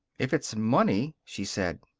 if it's money, she said.